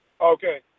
Okay